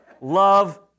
love